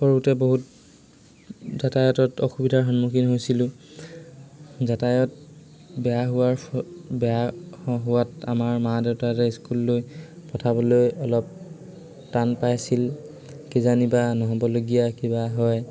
সৰুতে বহুত যাতায়াতত অসুবিধাৰ সন্মুখীন হৈছিলোঁ যাতায়ত বেয়া হোৱাৰ ফ বেয়া হোৱাত আমাৰ মা দেউতাহঁতে ইস্কুললৈ পঠাবলৈ অলপ টান পাইছিল কিজানি বা নহ'বলগীয়া কিবা হয়